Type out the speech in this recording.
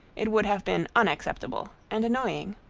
it would have been unacceptable and annoying.